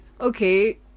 Okay